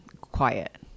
quiet